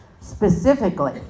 Specifically